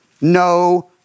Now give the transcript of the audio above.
no